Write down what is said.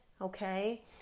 Okay